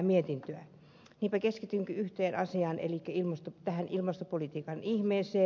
niinpä keskitynkin yhteen asiaan elikkä tähän ilmastopolitiikan ihmeeseen